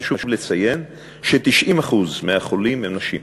חשוב לציין ש-90% מהחולים הם נשים.